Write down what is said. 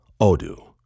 Odoo